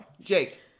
Jake